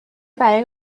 برای